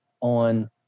on